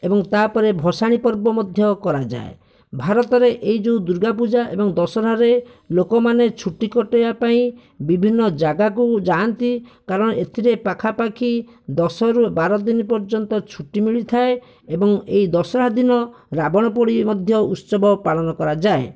ଏବଂ ତାପରେ ଭସାଣି ପର୍ବ ମଧ୍ୟ କରାଯାଏ ଭାରତରେ ଏହି ଯଉଁ ଦୂର୍ଗା ପୂଜା ଏବଂ ଦଶହରାରେ ଲୋକମାନେ ଛୁଟି କଟେଇବା ପାଇଁ ବିଭିନ୍ନ ଜାଗାକୁ ଯାଆନ୍ତି କାରଣ ଏଥିରେ ପାଖାପାଖି ଦଶରୁ ବାର ଦିନ ପର୍ଯ୍ୟନ୍ତ ଛୁଟି ମିଳିଥାଏ ଏବଂ ଏହି ଦଶହରା ଦିନ ରାବଣ ପୋଡ଼ି ମଧ୍ୟ ଉତ୍ସବ ପାଳନ କରାଯାଏ